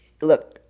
look